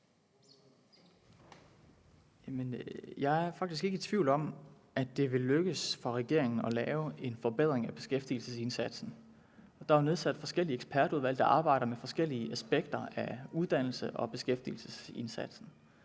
Jeg er faktisk ikke i tvivl om, at det vil lykkes for regeringen at lave en forbedring af beskæftigelsesindsatsen. Der er nedsat forskellige ekspertudvalg, der arbejder med forskellige aspekter af uddannelses- og beskæftigelsesindsatsen.